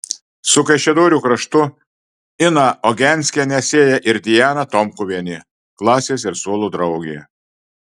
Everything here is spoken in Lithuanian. su kaišiadorių kraštu iną ogenskienę sieja ir diana tomkuvienė klasės ir suolo draugė